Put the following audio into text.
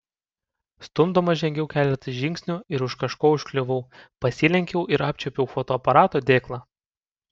stumdoma žengiau keletą žingsnių ir už kažko užkliuvau pasilenkiau ir apčiuopiau fotoaparato dėklą